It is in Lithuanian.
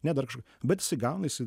ne dar kažkur bet jisai gauna jisai